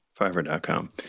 Fiverr.com